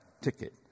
ticket